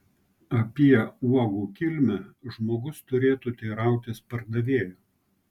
apie uogų kilmę žmogus turėtų teirautis pardavėjo